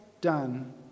done